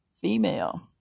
female